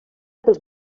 pels